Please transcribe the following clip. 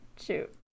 shoot